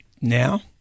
Now